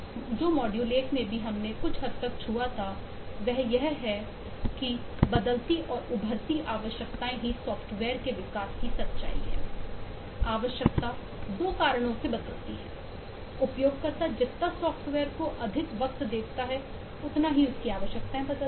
जो मॉड्यूल एक में भी कुछ हद तक छुआ था वह यह है की बदलती और उभरती आवश्यकताएं ही सॉफ्टवेयर के विकास की सच्चाई है आवश्यकता दो कारणों से बदलती है उपयोगकर्ता जितना सॉफ्टवेयर को अधिक वक्त देखता है उतना ही उसकी आवश्यकताएं बदलती है